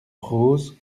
rose